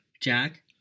Jack